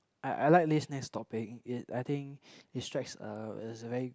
I I like this this next topic it I think it strikes a it's a very